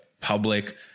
public